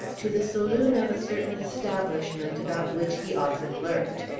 to the saloon of a certain establishment about which he often lurked.